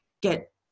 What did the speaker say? get